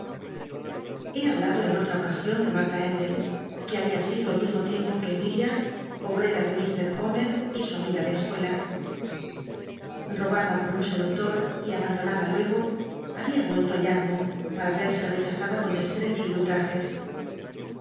le hablado en otra ocasion de ilnta endell que había sido al mismo tiempo que emilia obrera der homer y su amiga de escuela nobnda por un seductor y abandonada luego ci's l rachazada con desprecio y